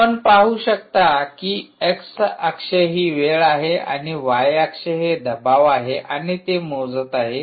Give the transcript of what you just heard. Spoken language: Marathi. आपण पाहू शकता की एक्स अक्ष ही वेळ आहे आणि वाय Yअक्ष हे दबाव आहे आणि ते मोजत आहेत